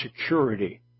security